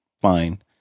fine